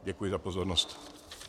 Děkuji za pozornost.